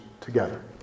together